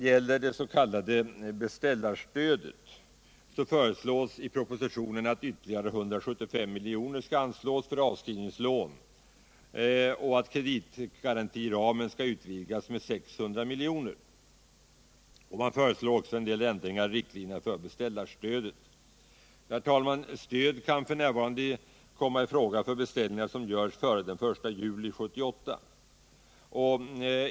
Beträffande beställarstödet föreslås i varvspropositionen att ytterligare 175 miljoner skall anslås för avskrivningslån och att kreditgarantiramen skall utvidgas med 600 miljoner. Man föreslår även en del ändringar i riktlinjerna vad avser beställarstödet. Herr talman! Stödet kan f. n. komma i fråga för beställningar, som görs före den 1 juli 1978.